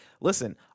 listen